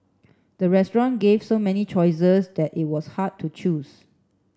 the restaurant gave so many choices that it was hard to choose